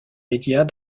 médias